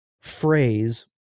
phrase